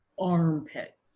armpit